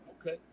okay